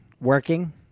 Working